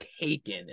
taken